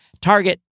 Target